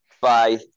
Bye